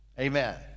Amen